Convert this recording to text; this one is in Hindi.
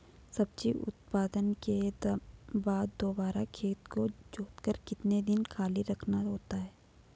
सब्जी उत्पादन के बाद दोबारा खेत को जोतकर कितने दिन खाली रखना होता है?